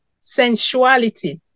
sensuality